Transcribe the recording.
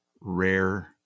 rare